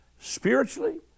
Spiritually